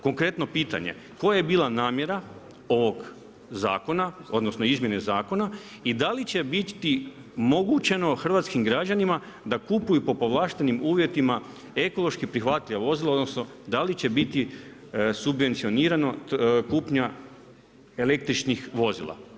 Konkretno pitanje koja je bila namjera ovog zakona odnosno izmjene zakona i da li će biti omogućeno hrvatskim građanima da kupuju po povlaštenim uvjetima ekološki prihvatljiva vozila, odnosno da li će biti subvencionirano kupnja električnih vozila.